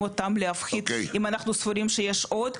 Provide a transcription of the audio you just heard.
אותם להפחית אם אנחנו סבורים שיש עוד,